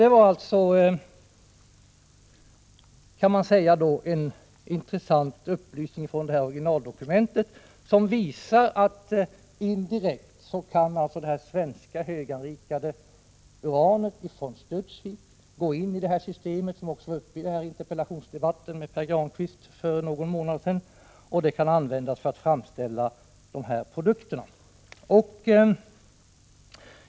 Detta är en intressant upplysning från originaldokumentet som visar att det svenska höganrikade uranet från Studsvik indirekt kan gå in i det här systemet — vilket togs upp i en interpellationsdebatt med Pär Granstedt för någon månad sedan — och det kan användas för att framställa dessa produkter.